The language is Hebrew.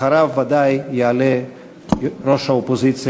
ואחריו ודאי יעלה ראש האופוזיציה,